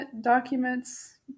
documents